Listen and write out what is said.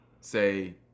say